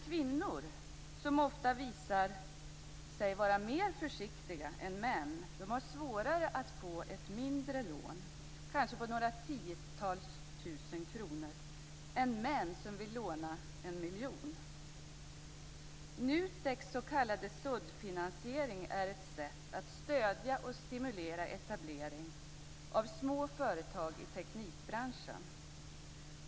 Kvinnor, som ofta visar sig vara mer försiktiga än män, har svårare att få ett mindre lån på kanske några tiotals tusen kronor än män som vill låna en miljon. NUTEK:s s.k. såddfinansiering är ett sätt att stödja och stimulera etablering av små företag i teknikbranschen.